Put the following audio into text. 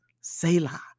Selah